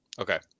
Okay